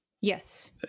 yes